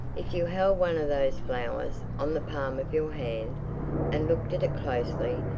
if you held one of those flowers on the palm of your hand and looked at it closely,